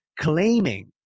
claiming